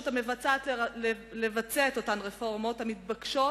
המבצעת לבצע את אותן רפורמות המתבקשות